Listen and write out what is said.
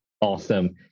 awesome